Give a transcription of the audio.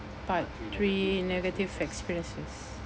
part three negative experiences